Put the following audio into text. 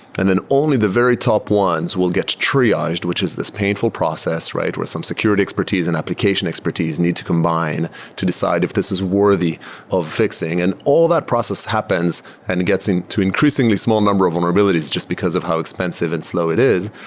and then only the very top ones will get triaged, which is this painful process where some security expertise and application expertise need to combine to decide if this is worthy of fixing. and all that process happens and gets into increasingly small number of vulnerabilities just because of how expensive and slow it is.